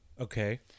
Okay